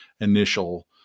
initial